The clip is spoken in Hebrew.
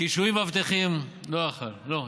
בקישואים ואבטיחים אני לא יכול, לא.